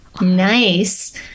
Nice